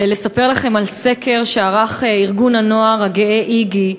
ולספר לכם על סקר שערך ארגון הנוער הגאה "איגי",